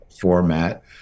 format